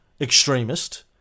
extremist